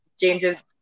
changes